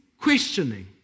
questioning